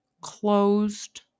closed